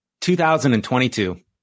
2022